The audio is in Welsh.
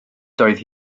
doedd